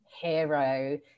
hero